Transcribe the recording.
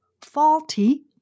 faulty